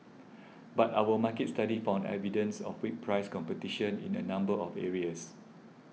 but our market study found evidence of weak price competition in a number of areas